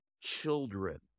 children